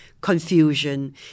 confusion